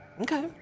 Okay